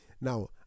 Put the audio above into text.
Now